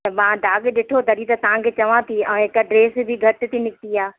त मां दाॻ ॾिठो तॾहिं त तव्हांखे चवां थी ऐं हिक ड्रेस बि घटि थी निकिती आहे